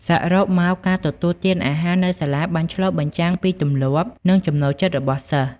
សរុបមក ការទទួលទានអាហារនៅសាលាបានឆ្លុះបញ្ចាំងពីទម្លាប់ និងចំណូលចិត្តរបស់សិស្ស។